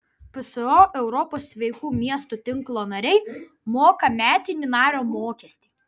pso europos sveikų miestų tinklo nariai moka metinį nario mokestį